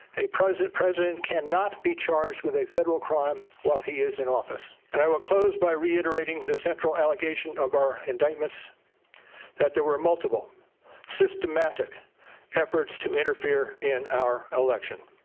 a present president can not be charged with a federal crime while he is in office. and i will close by reiterating the central allegation of our indictments that there were multiple systematic efforts to interfere in our election.